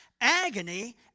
agony